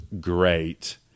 great